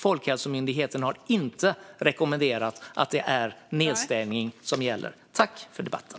Folkhälsomyndigheten har inte rekommenderat nedstängning. Tack för debatten!